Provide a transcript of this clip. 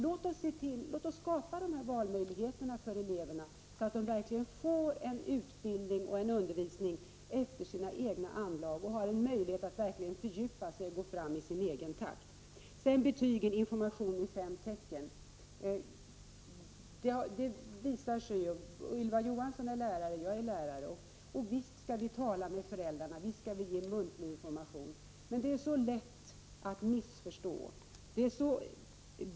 Låt oss skapa sådana välmöjligheter för eleverna att de verkligen får utbildning och undervisning efter sina egna anlag och har möjlighet att gå fram och fördjupa sig i sin egen takt! Beträffande betygen som information i fem tecken — både Ylva Johansson och jag är lärare. Visst skall vi tala med föräldrarna, och visst skall vi ge muntlig information! Men det är så lätt att missförstå.